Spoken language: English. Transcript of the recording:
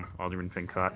alderman pincott.